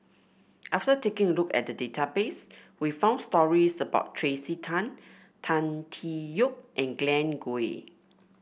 after taking a look at the database we found stories about Tracey Tan Tan Tee Yoke and Glen Goei